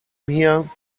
here